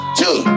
two